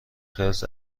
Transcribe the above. خرس